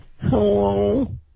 Hello